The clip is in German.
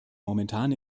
momentan